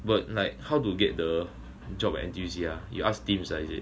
but like how to get the job at N_T_U_C ah you asked tims ah is it